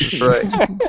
Right